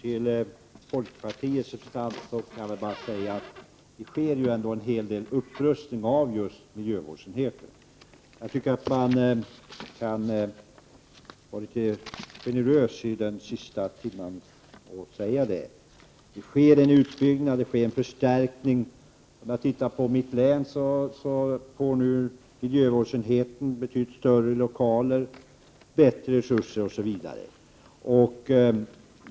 Herr talman! Jag kan mycket kort till folkpartiets representant säga att det sker en upprustning av just miljövårdsenheterna. Jag tycker att man kan vara litet generös i den sista timmen och säga det. Det sker en utbyggnad, en förstärkning. Om jag ser till mitt län får miljövårdsenheten där betydligt större lokaler, bättre resurser osv.